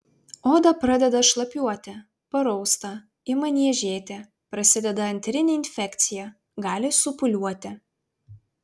oda pradeda šlapiuoti parausta ima niežėti prasideda antrinė infekcija gali supūliuoti